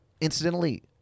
Incidentally